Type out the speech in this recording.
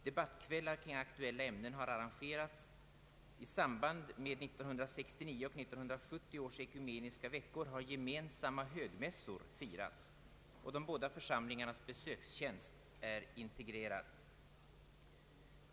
Debattkvällar kring aktuella ämnen har arrangerats. I samband med 1969 och 1970 års ekumeniska veckor har gemensamma högmässor firats. De båda församlingarnas besökstjänst är integrerad.